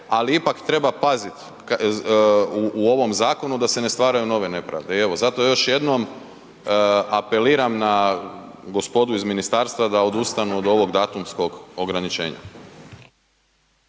ali ipak treba paziti u ovom zakonu da se ne stvaraju nove nepravde. I evo zato još jednom apeliram na gospodo iz ministarstva da odustanu od ovog datumskog ograničenja.